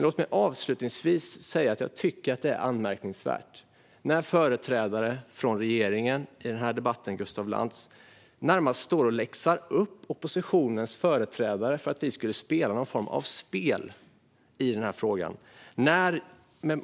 Låt mig avslutningsvis säga att det är anmärkningsvärt när företrädare för regeringen, i den här debatten Gustaf Lantz, närmast står och läxar upp oppositionens företrädare för att vi skulle spela någon form av spel i den här frågan.